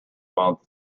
month